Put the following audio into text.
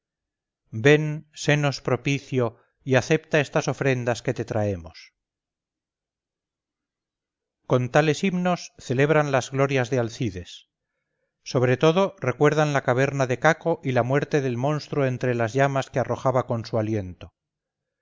ven senos propicio y acepta estas ofrendas que te traemos con tales himnos celebran las glorias de alcides sobre todo recuerdan la caverna de caco y la muerte del monstruo entre las llamas que arrojaba con su aliento